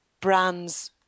brands